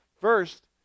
first